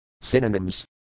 Synonyms